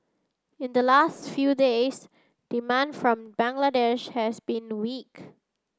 in the last few days demand from Bangladesh has been weak